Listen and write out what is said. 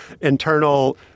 internal